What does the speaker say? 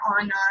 on